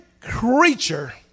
creature